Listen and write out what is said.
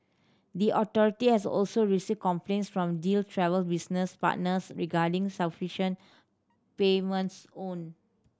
the authority has also received complaints from Deal Travel business partners regarding signification payments owed